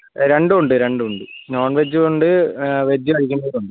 രണ്ടും ഉണ്ട് രണ്ടും ഉണ്ട് നോൺവെജും ഉണ്ട് വെജ് കഴിക്കുന്നവരും ഉണ്ട്